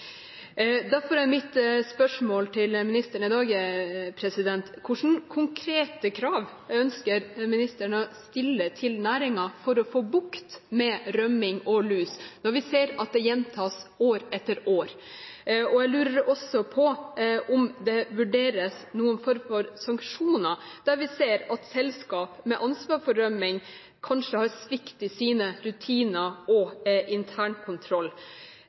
Derfor er mitt spørsmål til ministeren i dag: Hvilke konkrete krav ønsker ministeren å stille til næringen for å få bukt med rømming og lus, når vi ser at det gjentas år etter år? Jeg lurer også på om det vurderes noen form for sanksjoner der vi ser at selskap med ansvar for rømming kanskje har svikt i sine rutiner og sin internkontroll,